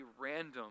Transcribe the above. random